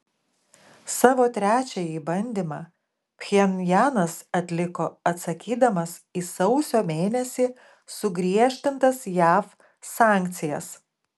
savo trečiąjį bandymą pchenjanas atliko atsakydamas į sausio mėnesį sugriežtintas jav sankcijas